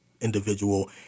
individual